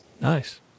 Nice